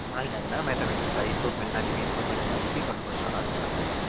होइन होइन म्याथामेटिक्सलाई इमप्रुभमेन्ट नानीको इमप्रुभमेन्टको लागि के गर्नुपर्छ होला जस्तो लाग्छ